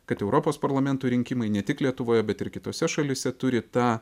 kad europos parlamento rinkimai ne tik lietuvoje bet ir kitose šalyse turi tą